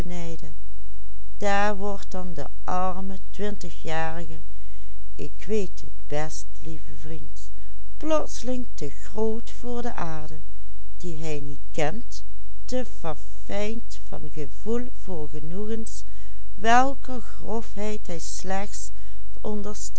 lieve vriend plotseling te groot voor de aarde die hij niet kent te verfijnd van gevoel voor genoegens welker grofheid hij